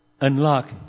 unlock